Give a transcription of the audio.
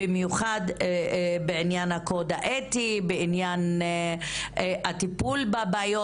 במיוחד בעניין הקוד האתי והטיפול בבעיות.